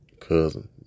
cousin